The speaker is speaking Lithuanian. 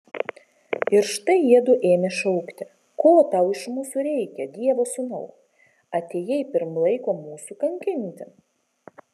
ir štai jiedu ėmė šaukti ko tau iš mūsų reikia dievo sūnau atėjai pirm laiko mūsų kankinti